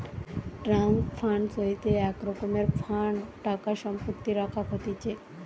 trust fund হইসে এক রকমের ফান্ড টাকা সম্পত্তি রাখাক হতিছে